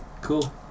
cool